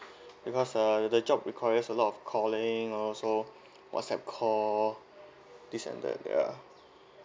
because uh the job requires a lot of calling all so WhatsApp call this and that ya